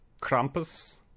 krampus